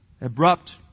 abrupt